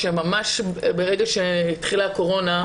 שממש ברגע שהתחילה הקורונה,